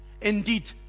indeed